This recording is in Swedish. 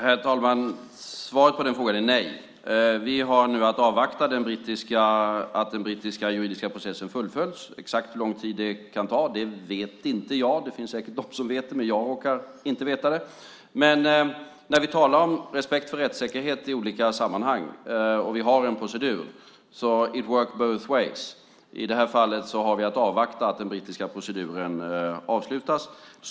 Herr talman! Svaret på den frågan är nej. Vi har nu att avvakta att den brittiska juridiska processen fullföljs. Exakt hur lång tid det kan ta vet jag inte. Det finns säkert de som vet det, men jag råkar inte veta det. När vi talar om respekt för rättssäkerhet i olika sammanhang och har en procedur är det så att it works both ways . I det här fallet har vi att avvakta att den brittiska proceduren avslutas.